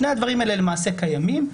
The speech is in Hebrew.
שני הדברים האלה למעשה קיימים,